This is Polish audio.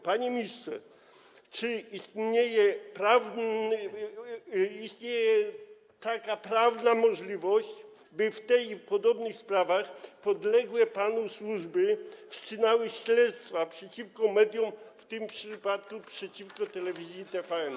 Panie ministrze, czy istnieje prawna możliwość, by w tej i w podobnych sprawach podległe panu służby wszczynały śledztwa przeciwko mediom, w tym przypadku przeciwko telewizji TVN?